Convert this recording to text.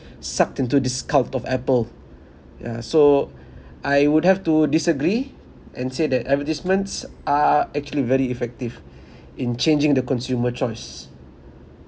sucked into this cult of apple yeah so I would have to disagree and say that advertisements are actually very effective in changing the consumer choice